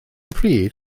pryd